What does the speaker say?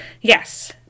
Yes